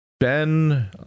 ben